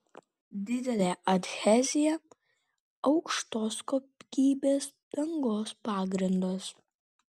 didelė adhezija aukštos kokybės dangos pagrindas